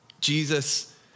Jesus